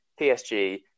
PSG